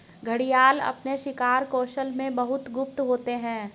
घड़ियाल अपने शिकार कौशल में बहुत गुप्त होते हैं